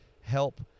help